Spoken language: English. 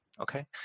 Okay